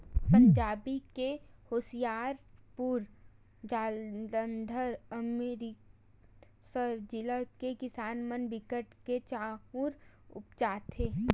पंजाब के होसियारपुर, जालंधर, अमरितसर जिला के किसान मन बिकट के चाँउर उपजाथें